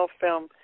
film